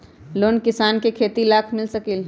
Loan किसान के खेती लाख मिल सकील?